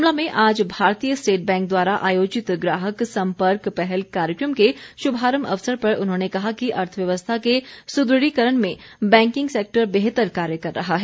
शिमला में आज भारतीय स्टेट बैंक द्वारा आयोजित ग्राहक सम्पर्क पहल कार्यक्रम के शुभारंभ अवसर पर उन्होंने कहा कि अर्थव्यवस्था के सुदृढीकरण में बैंकिंग सैक्टर बेहतर कार्य कर रहा है